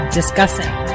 discussing